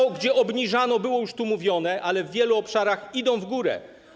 O tym, gdzie obniżano, było już mówione, ale w wielu obszarach idą w górę.